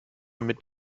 mit